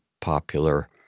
popular